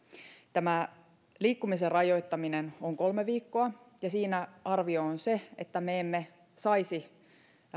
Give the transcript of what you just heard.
tämä liikkumisen rajoittaminen on kolme viikkoa ja siinä arvio on se että me emme saisi